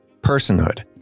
personhood